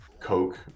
coke